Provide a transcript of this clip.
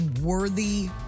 worthy